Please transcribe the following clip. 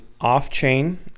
off-chain